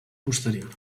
posterior